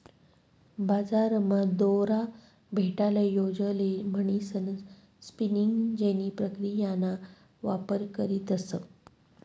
बजारमा दोरा भेटाले जोयजे म्हणीसन स्पिनिंग जेनी प्रक्रियाना वापर करतस